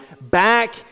back